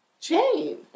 Jane